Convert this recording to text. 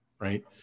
right